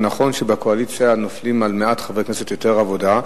זה נכון שבקואליציה נופלת על מעט חברי כנסת יותר עבודה,